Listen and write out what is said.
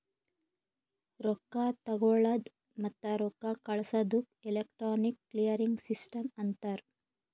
ರೊಕ್ಕಾ ತಗೊಳದ್ ಮತ್ತ ರೊಕ್ಕಾ ಕಳ್ಸದುಕ್ ಎಲೆಕ್ಟ್ರಾನಿಕ್ ಕ್ಲಿಯರಿಂಗ್ ಸಿಸ್ಟಮ್ ಅಂತಾರ್